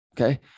okay